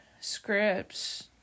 scripts